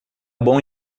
bom